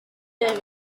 derbyn